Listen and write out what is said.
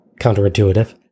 counterintuitive